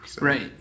Right